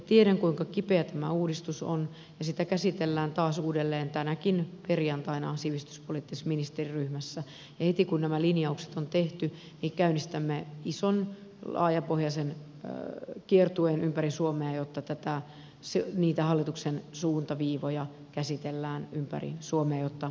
tiedän kuinka kipeä tämä uudistus on ja sitä käsitellään taas uudelleen tänäkin perjantaina sivistyspoliittisessa ministeriryhmässä ja heti kun nämä linjaukset on tehty käynnistämme ison laajapohjaisen kiertueen ympäri suomea jotta niitä hallituksen suuntaviivoja käsitellään ympäri suomea jotta tietopohjaa tulee